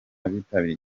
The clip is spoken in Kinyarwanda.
bitabiriye